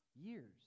years